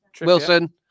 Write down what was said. Wilson